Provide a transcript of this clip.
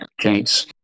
case